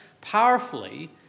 powerfully